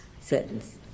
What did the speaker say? sentence